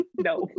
No